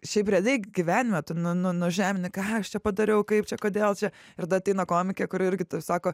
šiaip realiai gyvenime tu nužemini ką aš čia padariau kaip čia kodėl čia ir tada ateina komikė kuri irgi taip sako